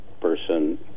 person